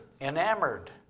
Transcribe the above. enamored